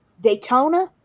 Daytona